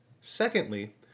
Secondly